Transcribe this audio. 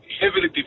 heavily